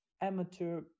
amateur